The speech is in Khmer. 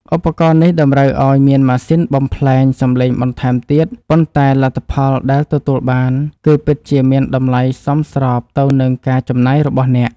ឧបករណ៍នេះតម្រូវឱ្យមានម៉ាស៊ីនបំប្លែងសំឡេងបន្ថែមទៀតប៉ុន្តែលទ្ធផលដែលទទួលបានគឺពិតជាមានតម្លៃសមស្របទៅនឹងការចំណាយរបស់អ្នក។